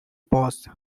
paused